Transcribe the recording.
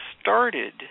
started